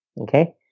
Okay